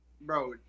Bro